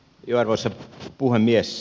arvoisa puhemies